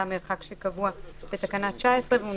זה המרחק שקבוע בתקנה (19), והוא